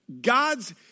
God's